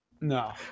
No